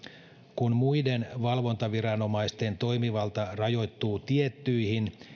kun muiden valvontaviranomaisten toimivalta rajoittuu tiettyihin